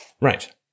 Right